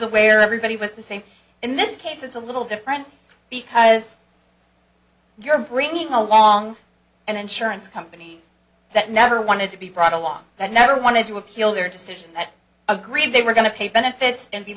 aware everybody was the same in this case it's a little different because you're bringing along an insurance company that never wanted to be brought along that never wanted to appeal their decision that agreed they were going to pay benefits and be